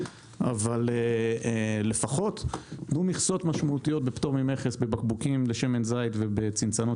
אבל לפחות תנו מכסות משמעותיות בפטור ממכס בבקבוקים לשמן זית ובצנצנות